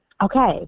Okay